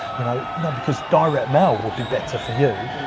you know, no, because direct mail would be better for you.